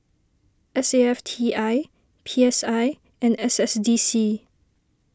S A F T I P S I and S S D C